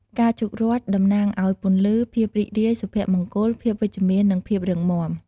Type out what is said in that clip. ផ្កាឈូករ័ត្នតំណាងឲ្យ ពន្លឺ ភាពរីករាយ សុភមង្គល ភាពវិជ្ជមាន និង ភាពរឹងមាំ។